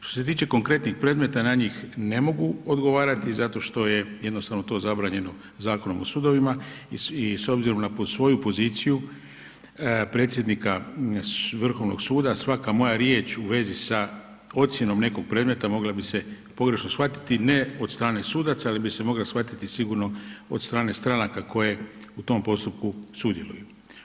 Što se tiče konkretnih predmeta na njih ne mogu odgovarati zato što je to jednostavno zabranjeno Zakonom o sudovima i s obzirom na svoju poziciju predsjednica Vrhovnog suda svaka moja riječ u vezi sa ocjenom nekog predmeta mogla bi se pogrešno shvatiti ne od strane sudaca ali bi se mogla shvatiti sigurno od strane stranaka koje u tom postupku sudjeluju.